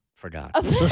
Forgot